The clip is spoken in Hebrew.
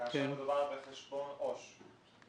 כאשר מדובר בחשבון עו"ש.